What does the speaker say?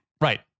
Right